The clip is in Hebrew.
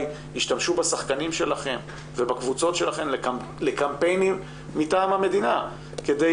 ישתמשו בשחקנים שלכם ובקבוצות שלכם לקמפיינים מטעם המדינה,